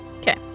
Okay